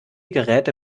geräte